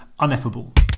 Uneffable